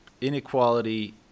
inequality